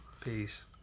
Peace